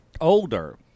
Older